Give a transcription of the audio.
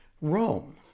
Rome